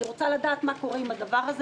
אני רוצה לדעת מה קורה עם הדבר הזה,